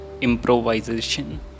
improvisation